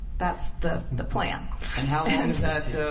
that's the the plan and how